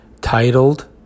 titled